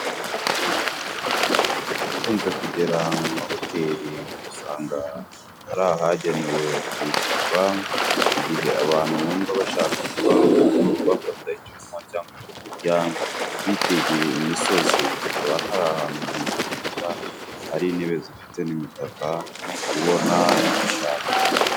Abakunze kugera mu mahoteri usanga hari ahagenewe kwicarwa, igihe abantu bumva bashaka kuba bafata icyo kunywa cyangwa icyo kurya bitegeye imisozi, haba hari ahantu hameze neza hari intebe zifite n'imitaka ubona icyo ushaka.